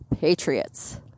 Patriots